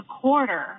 quarter